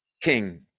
king